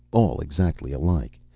all exactly alike.